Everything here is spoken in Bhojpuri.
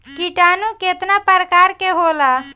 किटानु केतना प्रकार के होला?